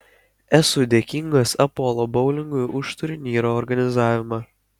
esu dėkingas apollo boulingui už turnyro organizavimą